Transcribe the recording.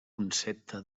concepte